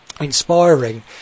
inspiring